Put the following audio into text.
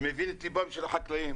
שמבין את ליבם של החקלאים.